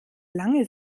lange